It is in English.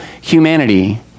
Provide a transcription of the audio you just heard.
humanity